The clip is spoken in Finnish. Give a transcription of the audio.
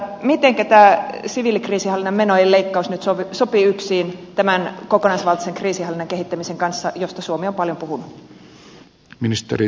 mitenkä tämä siviilikriisinhallinnan menojen leikkaus nyt sopii yksiin tämän kokonaisvaltaisen kriisinhallinnan kehittämisen kanssa josta suomi on paljon puhunut